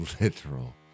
literal